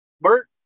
Bert